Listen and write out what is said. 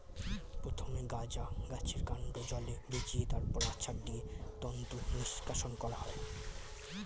প্রথমে গাঁজা গাছের কান্ড জলে ভিজিয়ে তারপর আছাড় দিয়ে তন্তু নিষ্কাশণ করা হয়